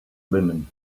linen